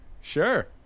Sure